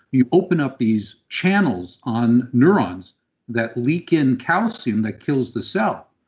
you open up these channels on neurons that leak in calcium that kills the cell.